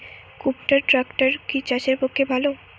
কুবটার ট্রাকটার কি চাষের পক্ষে ভালো?